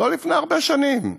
לא לפני הרבה שנים.